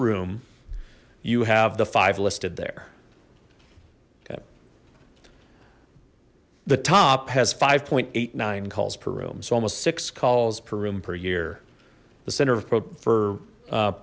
room you have the five listed there okay the top has five point eight nine calls per room so almost six calls per room per year the center for